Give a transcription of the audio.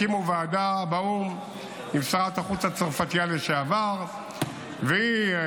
הקימו ועדה באו"ם עם שרת החוץ הצרפתייה לשעבר קולונה,